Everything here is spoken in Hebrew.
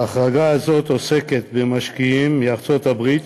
ההחרגה הזאת עוסקת במשקיעים מארצות-הברית